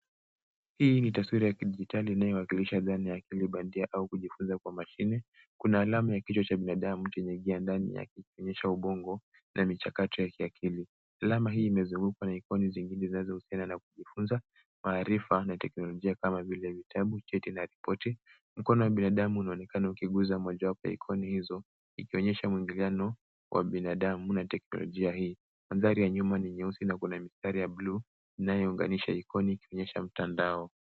Hii ni taswira ya kidijitali inayowakilisha dhana ya akili bandia au kujifunza kwa mashini. Kuna alama ya kichwa cha binadamu chenye gia ndani yake kikionyesha ubongo na michakato ya kiakili. Alama hii imezungukwa na ikoni zingine zinazohusiana na kujifunza, maarifa na teknolojia kama vile vitabu, cheti na ripoti. Mkono wa binadamu unaonekana ukiguza mojawapo za ikoni hizo ikionyesha mwingiliano wa binadamu na teknolojia hii. Mandhari ya nyuma ni nyeusi na kuna mistari ya bluu inayounganisha ikoni ikionyesha mtandao.